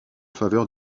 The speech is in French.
faveur